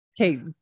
Okay